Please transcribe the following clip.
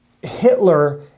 Hitler